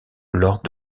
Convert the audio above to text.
lors